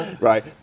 right